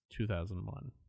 2001